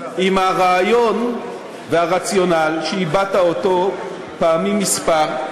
עם הרעיון והרציונל שהבעת פעמים מספר,